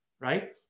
right